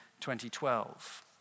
2012